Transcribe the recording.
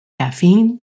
caffeine